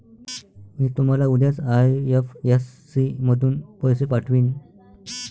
मी तुम्हाला उद्याच आई.एफ.एस.सी मधून पैसे पाठवीन